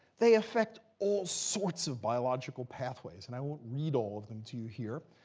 they affect all sorts of biological pathways. and i won't read all of them to you here,